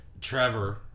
Trevor